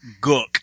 Gook